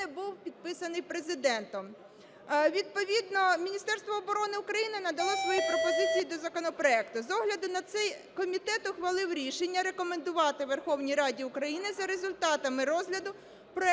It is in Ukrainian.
був підписаний Президентом. Відповідно Міністерство оборони України надало свої пропозиції до законопроекту. З огляду на це, комітет ухвалив рішення рекомендувати Верховній Раді України за результатами розгляду проекту